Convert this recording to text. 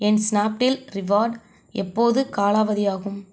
என் Snapdeal reward எப்போது காலாவதியாகும்